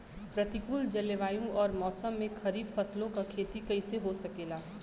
प्रतिकूल जलवायु अउर मौसम में खरीफ फसलों क खेती कइसे हो सकेला?